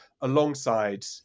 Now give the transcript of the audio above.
alongside